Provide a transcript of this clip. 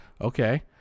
okay